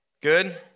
Good